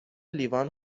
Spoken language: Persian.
لیوان